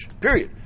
Period